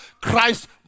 Christ